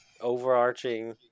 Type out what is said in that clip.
overarching